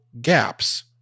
gaps